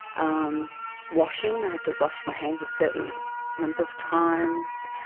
um washing, i had to wash my hands a certain number of times.